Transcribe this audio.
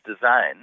design